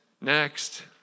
next